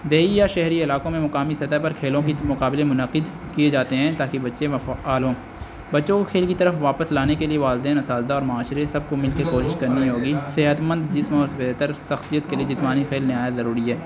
دیہی یا شہری علاقوں میں مقامی سطح پر کھیلوں کے مقابلے منعقد کیے جاتے ہیں تاکہ بچے فعال ہوں بچوں کو کھیل کی طرف واپس لانے کے لیے والدین اساتذہ اور معاشرے سب کو مل کر کوشش کرنی ہوگی صحت مند جس میں بہتر شخصیت کے لیے جسمانی کھیلنا نہایت ضروری ہے